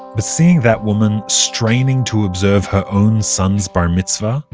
but seeing that woman straining to observe her own son's bar mitzvah,